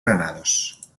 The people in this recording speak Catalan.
granados